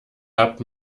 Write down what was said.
habt